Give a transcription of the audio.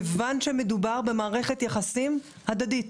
כיוון שמדובר במערכת יחסים הדדית,